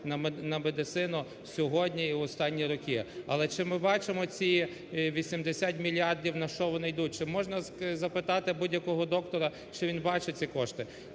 на медицину сьогодні і в останні роки. Але чи ми бачимо ці 80 мільярдів, на що вони йдуть? Чи можна запитати будь-якого доктора, чи він бачить ці кошти?